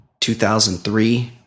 2003